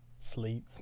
sleep